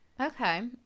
Okay